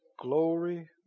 glory